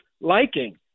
liking